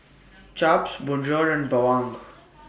Chaps Bonjour and Bawang